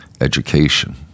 education